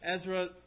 Ezra